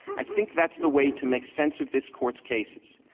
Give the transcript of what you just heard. i think that's the way to make sense of this court's cases.